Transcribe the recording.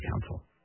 Council